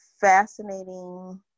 fascinating